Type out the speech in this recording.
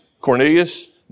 Cornelius